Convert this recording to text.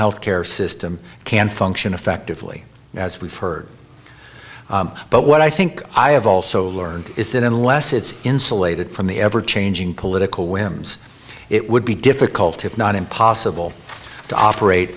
health care system can function effectively as we've heard but what i think i have also learned is that unless it's insulated from the ever changing political whims it would be difficult if not impossible to operate